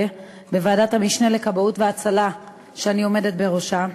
בוועדת המשנה לכבאות והצלה שאני עומדת בראשה,